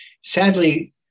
sadly